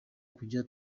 kujya